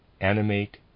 animate